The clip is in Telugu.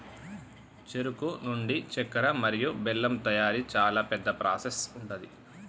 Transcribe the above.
చెరుకు నుండి చెక్కర మరియు బెల్లం తయారీ చాలా పెద్ద ప్రాసెస్ ఉంటది